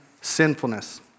sinfulness